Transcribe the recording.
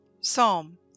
Psalm